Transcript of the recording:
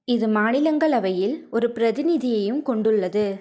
இது மாநிலங்களவையில் ஒரு பிரதிநிதியையும் கொண்டுள்ளது